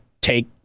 take